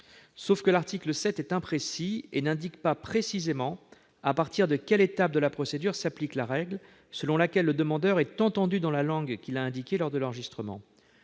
Cependant l'article 7 est imprécis et n'indique pas à partir de quelle étape de la procédure s'applique la règle selon laquelle le demandeur est entendu dans la langue qu'il a indiquée lors de l'enregistrement.